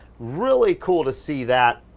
really cool to see that